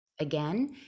again